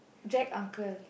Jack uncle